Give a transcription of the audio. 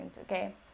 okay